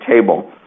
table